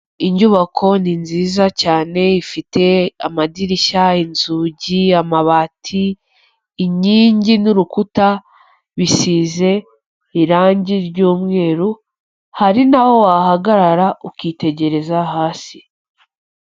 Inyubako ni nziza cyane, ifite amadirishya, inzugi, amabati, inkingi n'urukuta bisize irangi ry'umweru, hari n'aho wahagarara ukitegereza hasi.